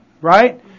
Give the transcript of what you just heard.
right